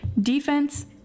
Defense